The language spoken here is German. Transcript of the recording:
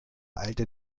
alte